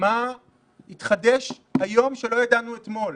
מה יתחדש היום שלא ידענו אתמול?